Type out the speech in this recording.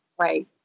Right